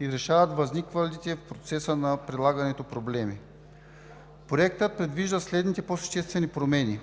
и решават възникналите в процеса на прилагането проблеми. Проектът предвижда следните по-съществени промени.